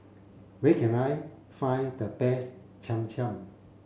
where can I find the best Cham Cham